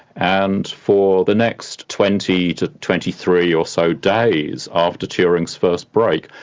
and for the next twenty to twenty three or so days ah after turing's first break,